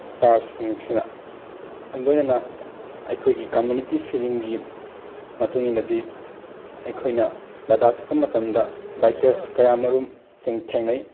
ꯏꯁꯇꯥꯔꯁꯤꯡꯁꯤꯅ ꯂꯣꯏꯅꯅ ꯑꯩꯈꯣꯏꯒꯤ ꯀꯝꯃꯨꯅꯤꯇꯤ ꯐꯤꯂꯤꯡꯒꯤ ꯃꯇꯨꯡ ꯏꯟꯅꯗꯤ ꯑꯩꯈꯣꯏꯅ ꯂꯗꯥꯛ ꯆꯠꯄ ꯃꯇꯝꯗ ꯕꯥꯏꯛꯀꯔꯁ ꯀꯌꯥ ꯃꯔꯨꯝꯁꯤꯡ ꯊꯦꯡꯅꯩ